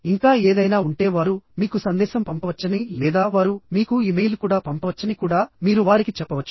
ఇంకా ఏదైనా ఉంటే వారు మీకు సందేశం పంపవచ్చని లేదా వారు మీకు ఇమెయిల్ కూడా పంపవచ్చని కూడా మీరు వారికి చెప్పవచ్చు